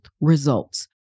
results